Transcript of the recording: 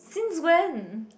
since when